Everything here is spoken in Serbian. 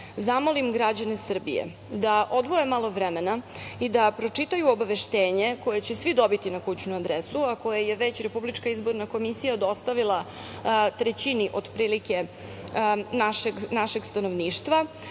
zamolim građane Srbije da odvoje malo vremena i da pročitaju obaveštenje koje će svi dobiti na kućnu adresu, a koje je već RIK dostavila trećini, otprilike, našeg stanovništva,